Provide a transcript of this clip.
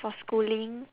for schooling